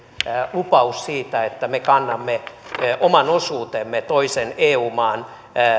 lupaus siitä että me kannamme oman osuutemme toisen eu maan